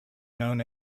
known